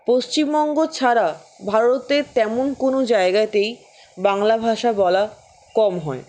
পশ্চিমবঙ্গ ছাড়া ভারতে তেমন কোনো জায়গায়তেই বাংলা ভাষা বলা কম হয়